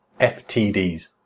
FTDs